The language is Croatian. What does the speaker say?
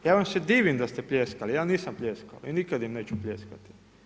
Ja vam se divim, da ste pljeskali, ja nisam pljeskao i nikad im neću pljeskati.